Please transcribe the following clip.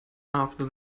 after